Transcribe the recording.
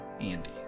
Andy